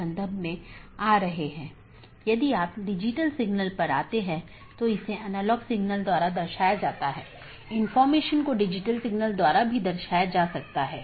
दूसरे अर्थ में जब मैं BGP डिवाइस को कॉन्फ़िगर कर रहा हूं मैं उस पॉलिसी को BGP में एम्बेड कर रहा हूं